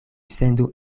sendu